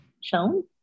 Shown